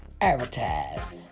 advertise